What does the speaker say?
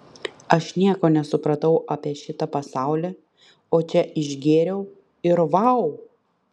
aš nieko nesupratau apie šitą pasaulį o čia išgėriau ir vau